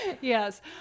yes